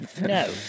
No